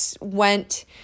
went